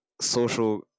social